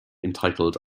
entitled